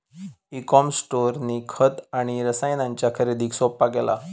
E com स्टोअरनी खत आणि रसायनांच्या खरेदीक सोप्पा केला